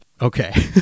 okay